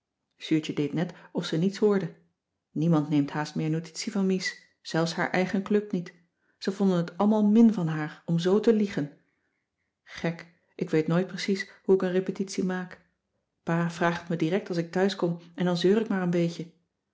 zuurtje deed net of ze niets hoorde niemand neemt haast meer notitie van mies zelfs haar eigen club niet ze vonden het allemaal min van haar om zoo te liegen gek ik weet nooit precies hoe ik een repetitie maak pa vraagt het me direct als ik thuiskom en dan zeur ik maar een beetje